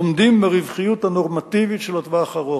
עומדים ברווחיות הנורמטיבית של הטווח הארוך.